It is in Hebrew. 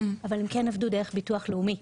אבל הם כן עבדו דרך ביטוח לאומי,